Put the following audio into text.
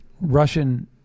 Russian